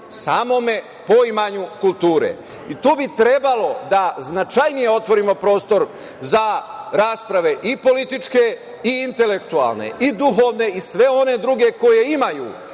samome poimanju kulture. Tu bi trebalo da značajnije otvorimo prostor za rasprave i političke i intelektualne i duhovne i sve one druge koje imaju